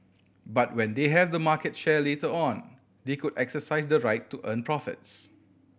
but when they have the market share later on they could exercise the right to earn profits